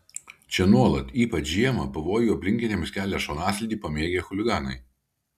čia nuolat ypač žiemą pavojų aplinkiniams kelia šonaslydį pamėgę chuliganai